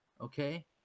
okay